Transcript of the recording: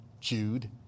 Jude